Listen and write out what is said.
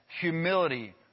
humility